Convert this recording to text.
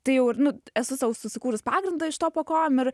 tai jau ir esu sau susikūrus pagrindą iš to po kojom ir